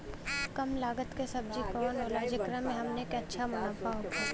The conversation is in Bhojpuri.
कम लागत के सब्जी कवन होला जेकरा में हमनी के अच्छा मुनाफा होखे?